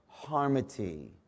Harmony